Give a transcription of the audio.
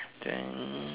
then